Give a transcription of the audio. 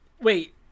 Wait